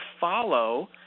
follow